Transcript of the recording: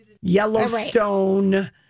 Yellowstone